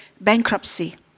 bankruptcy